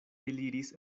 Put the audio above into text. eliris